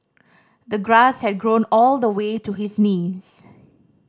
the grass had grown all the way to his knees